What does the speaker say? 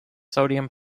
sodium